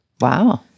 wow